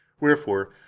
Wherefore